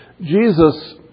Jesus